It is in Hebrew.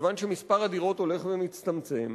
כיוון שמספר הדירות הולך ומצטמצם,